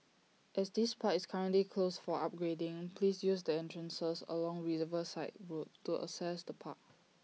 as this part is currently closed for upgrading please use the entrances along Riverside road to access the park